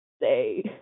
say